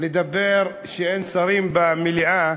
לדבר כשאין שרים במליאה,